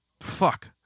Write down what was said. fuck